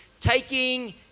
Taking